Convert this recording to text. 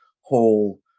whole